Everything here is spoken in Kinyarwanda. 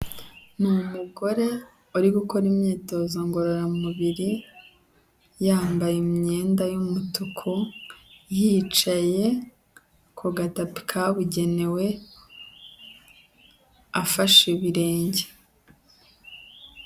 Ni umugore uri gukora imyitozo ngororamubiri, yambaye imyenda y'umutuku, yicaye ku gatapi kabugenewe, afashe ibirenge.